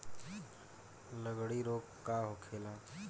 लगड़ी रोग का होखेला?